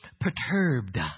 perturbed